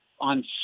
on